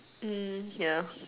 ya